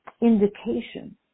indication